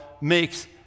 makes